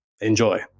Enjoy